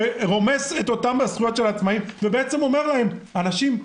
שרומס את זכויות העצמאים ואומר להם: אנשים,